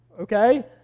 Okay